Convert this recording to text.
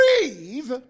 breathe